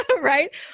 right